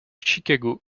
chicago